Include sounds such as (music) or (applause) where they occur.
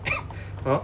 (coughs) !huh!